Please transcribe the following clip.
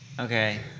Okay